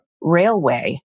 railway